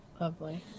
Lovely